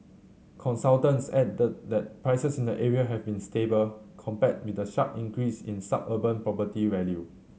consultants added that prices in the area have been stable compared with the sharp increase in suburban property value